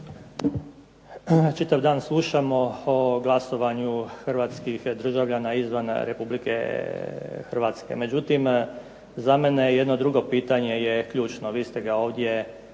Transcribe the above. Čitav dan slušamo o glasovanju hrvatskih državljana izvan Republike Hrvatske, međutim za mene jedno drugo pitanje je ključno. Vi ste ga ovdje spomenuli